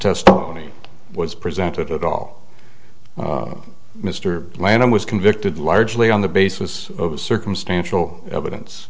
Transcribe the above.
testimony was presented at all mr landon was convicted largely on the basis of circumstantial evidence